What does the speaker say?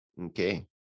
Okay